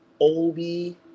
Obi